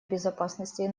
безопасности